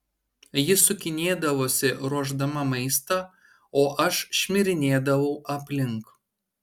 ji sukinėdavosi ruošdama maistą o aš šmirinėdavau aplink